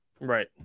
Right